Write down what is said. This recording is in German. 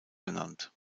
benannt